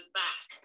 back